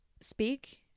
speak